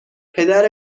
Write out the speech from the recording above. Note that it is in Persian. پدر